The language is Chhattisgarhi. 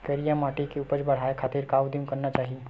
करिया माटी के उपज बढ़ाये खातिर का उदिम करना चाही?